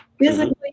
physically